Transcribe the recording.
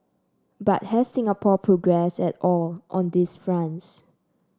but has Singapore progressed at all on these fronts